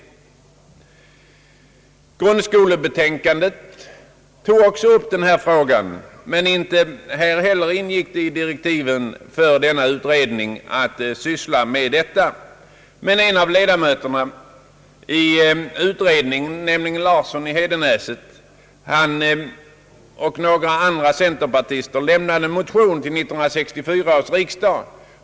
Grundskolebetänkandet tog också upp denna fråga, fastän den inte heller ingick i beredningens direktiv. En av ledamöterna i beredningen, nämligen herr Larsson i Hedenäset, väckte emellertid tillsammans med några andra centerpartister en motion i frågan till 1964 års riksdag.